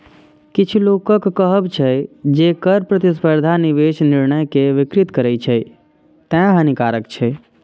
किछु लोकक कहब छै, जे कर प्रतिस्पर्धा निवेश निर्णय कें विकृत करै छै, तें हानिकारक छै